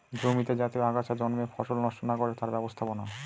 জমিতে যাতে আগাছা জন্মে ফসল নষ্ট না করে তার ব্যবস্থাপনা